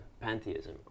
pantheism